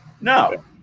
No